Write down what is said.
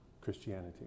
Christianity